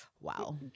Wow